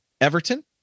Everton